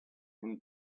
him